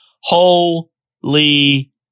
Holy